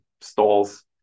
stalls